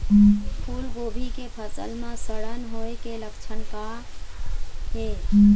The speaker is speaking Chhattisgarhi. फूलगोभी के फसल म सड़न होय के लक्षण का ये?